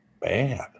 bad